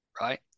right